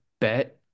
bet